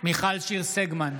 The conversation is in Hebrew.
מיכל שיר סגמן,